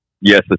yes